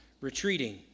retreating